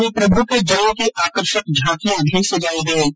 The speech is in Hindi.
वहीं प्रभू के जन्म की आकर्षक झांकिया भी सजाई गई